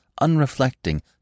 unreflecting